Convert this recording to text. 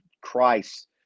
Christ